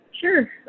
Sure